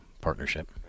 partnership